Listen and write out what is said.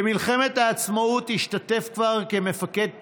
במלחמת העצמאות השתתף כבר כמפקד פלוגה,